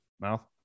mouth